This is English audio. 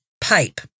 Pipe